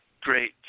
great